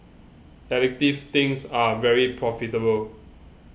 addictive things are very profitable